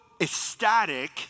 Ecstatic